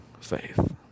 faith